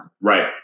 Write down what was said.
Right